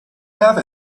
have